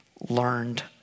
learned